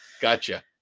Gotcha